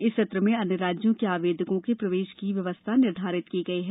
इस सत्र में अन्य राज्यों के आवेदकों के प्रवेश की व्यवस्था निर्धारित की गयी है